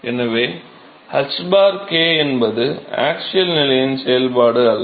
எனவே h k என்பது axial நிலையின் செயல்பாடு அல்ல